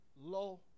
low